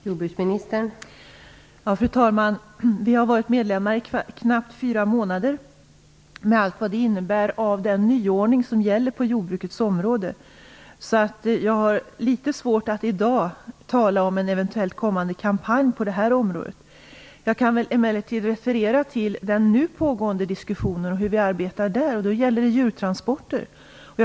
Fru talman! Vi har i knappt fyra månader varit medlemmar med allt vad det innebär av nyordning på jordbrukets område. Jag har därför litet svårt att i dag tala om en eventuellt kommande kampanj på det här området. Jag kan emellertid referera till den nu pågående diskussionen om djurtransporter och till hur vi arbetar på det området.